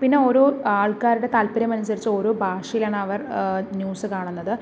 പിന്നെ ഓരോ ആൾക്കാരുടെ താല്പര്യമനുസരിച്ച് ഓരോ ഭാഷയിലാണ് അവർ ന്യൂസ് കാണുന്നത്